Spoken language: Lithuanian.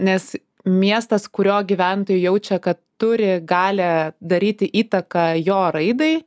nes miestas kurio gyventojai jaučia kad turi galią daryti įtaką jo raidai